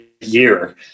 year